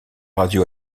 radio